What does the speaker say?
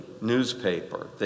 newspaper